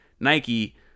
Nike